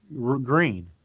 green